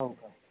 हो का